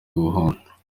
guhunga